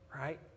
Right